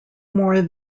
more